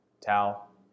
towel